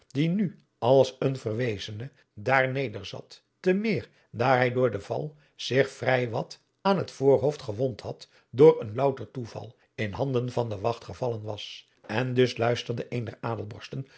die nu als een verwezene daar neder zat te meer daar hij door den val zich vrij wat aan het voorhoofd gewond had door een louter toeval in handen van de wacht gevallen was en dus luisterde een